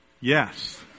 yes